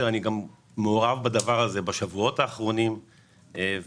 אני מעורב בנושא הזה בשבועות האחרונים ואני